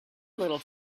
little